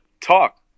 talk